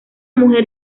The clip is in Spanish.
mujer